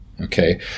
okay